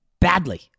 badly